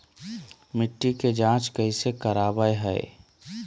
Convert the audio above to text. मिट्टी के जांच कैसे करावय है?